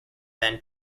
than